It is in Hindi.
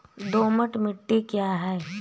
दोमट मिट्टी क्या है?